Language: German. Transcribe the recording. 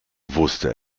wusste